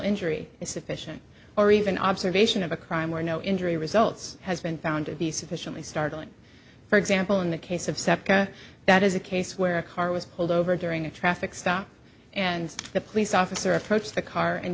injury is sufficient or even observation of a crime where no injury results has been found to be sufficiently startling for example in the case of septa that is a case where a car was pulled over during a traffic stop and the police officer approached the car and